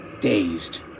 dazed